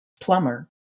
plumber